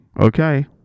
Okay